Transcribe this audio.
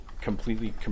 completely